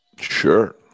Sure